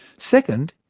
second,